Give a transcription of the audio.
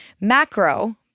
Macro